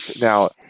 now